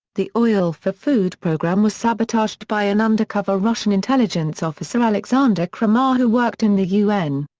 the oil-for-food program was sabotaged by an undercover russian intelligence officer alexander kramar who worked in the un.